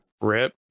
Rip